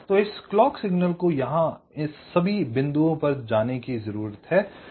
तो इस clock signal को यहां इस सभी बिंदुओं पर जाने की जरूरत है